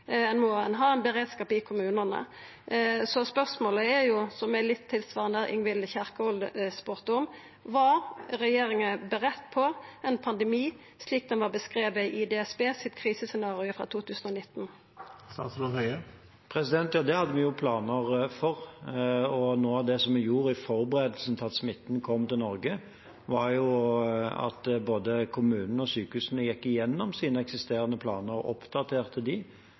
må ha ein beredskap i kommunane. Så spørsmålet er, som er litt tilsvarande det Ingvild Kjerkol spurde om: Var regjeringa førebudd på ein pandemi slik det er beskrive i DSB sitt krisescenario frå 2019? Det hadde vi planer for, og noe av det som vi gjorde i forberedelsen til at smitten kom til Norge, var at både kommunene og sykehusene gikk igjennom sine eksisterende planer og oppdaterte